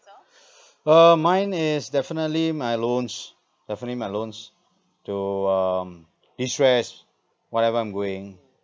uh mine is definitely my loans definitely my loans to um destress whatever I'm going